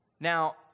Now